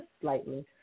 slightly